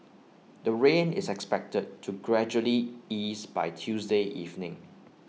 the rain is expected to gradually ease by Tuesday evening